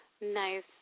Nice